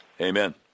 Amen